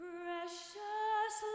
Precious